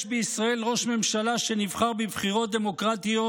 יש בישראל ראש ממשלה שנבחר בבחירות דמוקרטיות